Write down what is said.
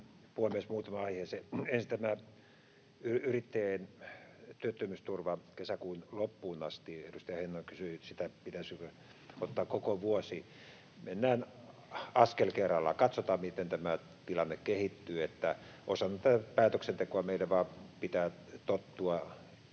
tämä yrittäjien työttömyysturva kesäkuun loppuun asti: Edustaja Heinonen kysyi, pitäisikö ottaa koko vuosi. Mennään askel kerrallaan ja katsotaan, miten tämä tilanne kehittyy. Osana tätä päätöksentekoa meidän vain pitää tottua